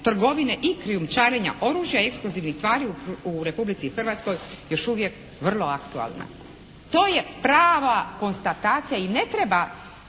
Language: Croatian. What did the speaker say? trgovine i krijumčarenja oružja i eksplozivnih tvari u Republici Hrvatskoj još uvijek vrlo aktualna. To je prava konstatacija i ne treba,